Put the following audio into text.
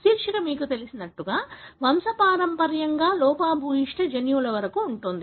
శీర్షిక మీకు తెలిసినట్లుగా వంశపారంపర్యంగా లోపభూయిష్ట జన్యువుల వరకు ఉంటుంది